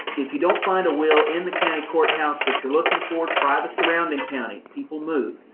if you don't find a will in the county courthouse that you're looking for, try the surrounding counties people move.